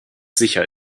sicher